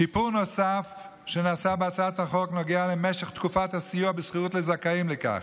שיפור נוסף שנעשה בהצעת החוק נוגע למשך תקופת הסיוע בשכירות לזכאים לכך.